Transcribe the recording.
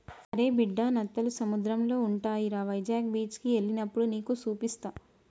అరే బిడ్డా నత్తలు సముద్రంలో ఉంటాయిరా వైజాగ్ బీచికి ఎల్లినప్పుడు నీకు సూపిస్తా